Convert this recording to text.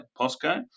POSCO